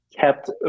kept